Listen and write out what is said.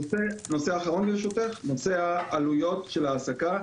נושא אחרון, ברשותך, נושא העלויות של ההעסקה.